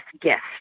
gift